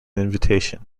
invitation